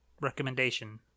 recommendation